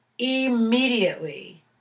immediately